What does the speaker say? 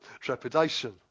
trepidation